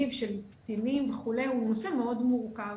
של קטינים וכו' הוא נושא מאוד מורכב.